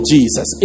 Jesus